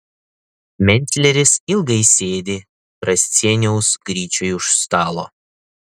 mencleris ilgai sėdi prascieniaus gryčioj už stalo